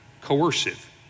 coercive